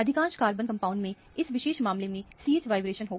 अधिकांश कार्बनिक कंपाउंड में इस विशेष मामले में CH वाइब्रेशन होगा